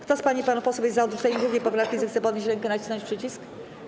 Kto z pań i panów posłów jest za odrzuceniem 2. poprawki, zechce podnieść rękę i nacisnąć przycisk.